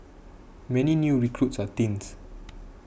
many new recruits are teens